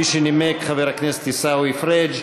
שנימק חבר הכנסת עיסאווי פריג'.